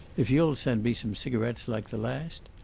if you'll send me some cigarets like the last,